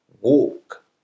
walk